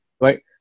right